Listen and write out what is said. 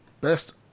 Best